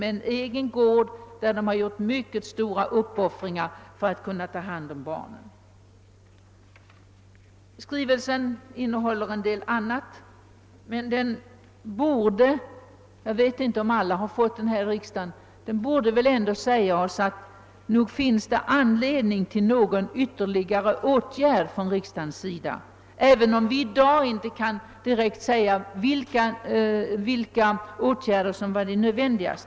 De har gjort stora uppoffringar för att ta hand om barnen — bl.a. har de försökt anordna en egen gård. Skrivelsen, som också innehåller en del annat, borde säga oss att det finns anledning till någon ytterligare åtgärd från riksdagens sida, även om ingen i dag direkt kan säga, vilka åtgärder som är mest angelägna.